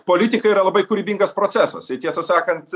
politika yra labai kūrybingas procesas ir tiesą sakant